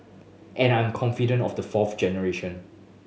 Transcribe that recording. and I'm confident of the fourth generation